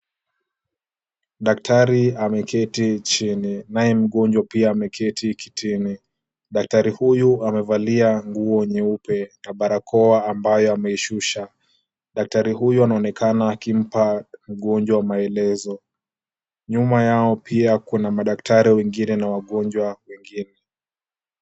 Daktari ameketi chini naye pia mgonjwa ameketi kitini. Daktari huyu amevalia nguo nyeupe na barakoa ambayo ameishusha. Daktari huyo anampa daktari maelezo. Nyuma yao pia kuna madaktari wengine na wagonjwa wengine.